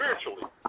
spiritually